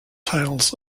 tales